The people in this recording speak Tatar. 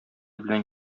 белән